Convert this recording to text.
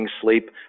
sleep